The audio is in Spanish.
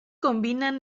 combinan